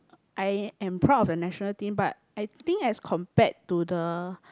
I am proud of the national team but I think as compared to the